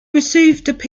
received